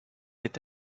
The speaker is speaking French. est